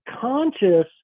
conscious